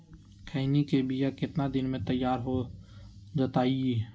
खैनी के बिया कितना दिन मे तैयार हो जताइए?